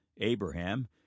Abraham